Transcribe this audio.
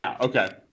okay